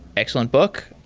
excellent book.